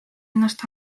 ennast